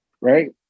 right